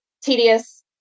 tedious